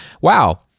wow